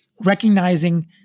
recognizing